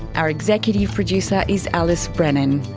our executive producer is alice brennan.